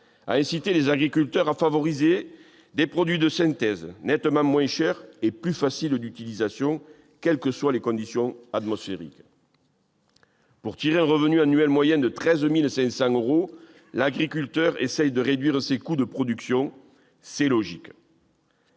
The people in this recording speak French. a incité les agriculteurs à favoriser les produits de synthèse nettement moins chers et plus faciles d'utilisation, quelles que soient les conditions atmosphériques. Pour tirer un revenu annuel moyen de 13 500 euros, l'agriculteur essaye de réduire ses coûts de production. C'est logique.